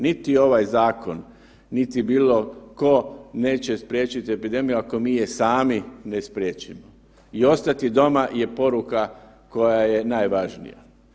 Niti ovaj zakon niti bilo tko neće spriječiti epidemiju, ako mi je sami ne spriječimo i ostati doma je poruka koja je najvažnija.